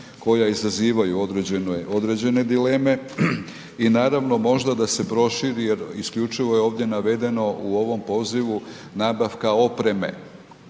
koja izazivaju određene dileme. I naravno možda da se proširi jer isključivo je ovdje navedeno u ovom pozivu nabavka opreme.